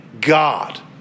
God